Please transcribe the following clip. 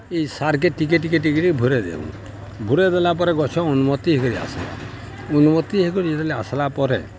ଇ ସାର୍କେ ଟିକେ ଟିକେ ଟିକେ କରି ଘୁରେଇ ଦେମୁ ଘରେଇ ଦେଲା ପରେ ଗଛ ଉନ୍ନତି ହେଇକରି ଆସ୍ଲା ଉନ୍ମତି ହେଇକରି ଆସ୍ଲା ପରେ